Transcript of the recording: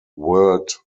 world